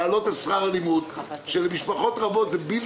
על הנושא של ההוסטלים -- המעונות הנעולים הם הבעיה.